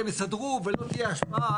הם יסדרו ולא תהיה השפעה.